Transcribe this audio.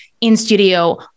in-studio